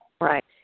Right